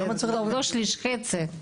טוב, לא שליש, חצי.